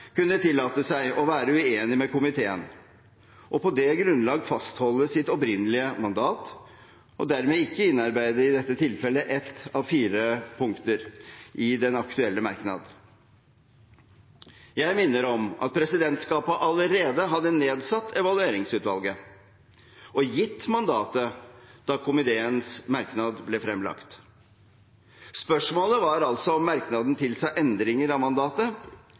kunne tillate seg å være uenig med komiteen og på det grunnlag fastholde sitt opprinnelige mandat og dermed ikke innarbeide i dette tilfellet ett av fire punkter i den aktuelle merknaden. Jeg minner om at presidentskapet allerede hadde nedsatt Evalueringsutvalget og gitt mandatet da komiteens merknad ble fremlagt. Spørsmålet var altså om merknaden tilsa endringer av mandatet.